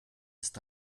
ist